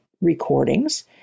recordings